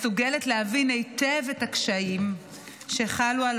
אני מסוגלת להבין היטב את הקשיים שחלו על